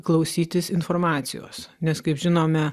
klausytis informacijos nes kaip žinome